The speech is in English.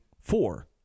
four